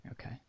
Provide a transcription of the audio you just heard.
Okay